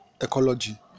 ecology